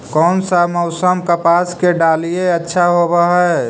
कोन सा मोसम कपास के डालीय अच्छा होबहय?